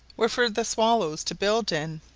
were for the swallows to build in.